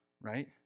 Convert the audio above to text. right